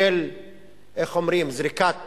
של זריקת